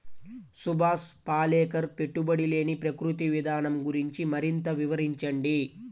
సుభాష్ పాలేకర్ పెట్టుబడి లేని ప్రకృతి విధానం గురించి మరింత వివరించండి